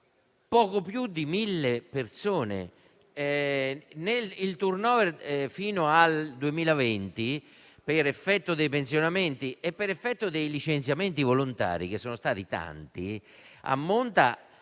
poco più di 1.000 persone. Il *turnover* fino al 2020, per effetto dei pensionamenti e dei licenziamenti volontari (che sono stati tanti), ammonta